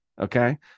Okay